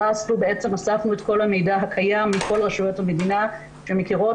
אספנו את כל המידע מכל רשויות המדינה שמכירות,